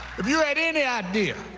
if you had any idea